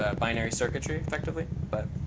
ah binary circuitry effectively. but,